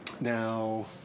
Now